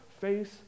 face